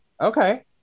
Okay